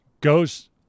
goes